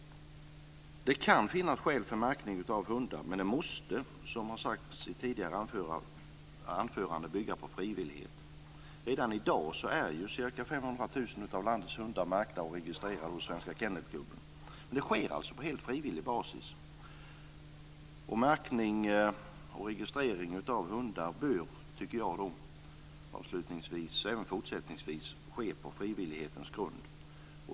Det kan finnas skäl för märkning av hundar, men det måste, som har sagts i tidigare anföranden, bygga på frivillighet. Redan i dag är ca 500 000 av landets hundar märkta och registrerade hos Svenska kennelklubben. Det sker alltså på helt frivillig basis. Märkning och registrering av hundar bör, tycker jag avslutningsvis, även fortsättningsvis ske på frivillighetens grund.